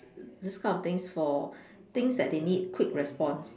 this kind of things for things that they need quick response